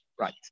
right